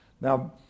now